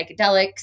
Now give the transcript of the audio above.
psychedelics